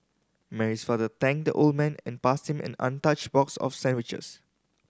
Mary's father thanked the old man and passed him an untouched box of sandwiches